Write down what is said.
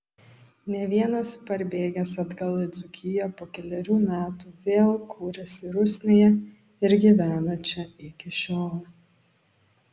ne vienas parbėgęs atgal į dzūkiją po kelerių metų vėl kūrėsi rusnėje ir gyvena čia iki šiol